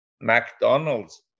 McDonald's